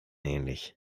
ähnlich